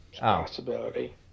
possibility